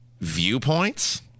viewpoints